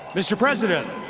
mr. president,